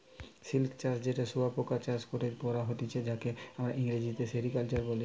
silk চাষ যেটা শুয়োপোকা চাষ করে করা হতিছে তাকে আমরা ইংরেজিতে সেরিকালচার বলি